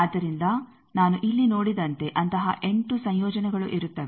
ಆದ್ದರಿಂದ ನಾನು ಇಲ್ಲಿ ನೋಡಿದಂತೆ ಅಂತಹ 8 ಸಂಯೋಜನೆಗಳು ಇರುತ್ತವೆ